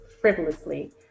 frivolously